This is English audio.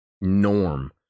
norm